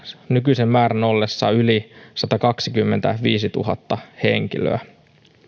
nykyisen määrän ollessa yli satakaksikymmentäviisituhatta henkilöä